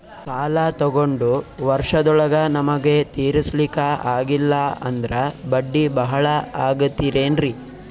ಸಾಲ ತೊಗೊಂಡು ವರ್ಷದೋಳಗ ನಮಗೆ ತೀರಿಸ್ಲಿಕಾ ಆಗಿಲ್ಲಾ ಅಂದ್ರ ಬಡ್ಡಿ ಬಹಳಾ ಆಗತಿರೆನ್ರಿ?